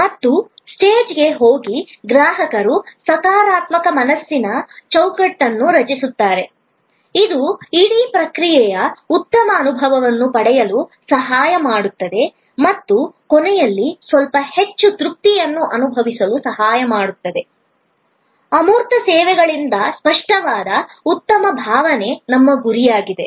ಮತ್ತು ಸ್ವೇಜ್ಗೆ ಹೋಗಿ ಗ್ರಾಹಕರು ಸಕಾರಾತ್ಮಕ ಮನಸ್ಸಿನ ಚೌಕಟ್ಟನ್ನು ರಚಿಸುತ್ತಾರೆ ಇದು ಇಡೀ ಪ್ರಕ್ರಿಯೆಯ ಉತ್ತಮ ಅನುಭವವನ್ನು ಪಡೆಯಲು ಸಹಾಯ ಮಾಡುತ್ತದೆ ಮತ್ತು ಕೊನೆಯಲ್ಲಿ ಸ್ವಲ್ಪ ಹೆಚ್ಚು ತೃಪ್ತಿಯನ್ನು ಅನುಭವಿಸಲು ಸಹಾಯ ಮಾಡುತ್ತದೆ ಅಮೂರ್ತ ಸೇವೆಗಳಿಂದ ಸ್ಪಷ್ಟವಾದ ಉತ್ತಮ ಭಾವನೆ ನಮ್ಮ ಗುರಿಯಾಗಿದೆ